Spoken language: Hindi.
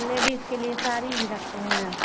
लेडीस के लिए साड़ी भी रखते हैं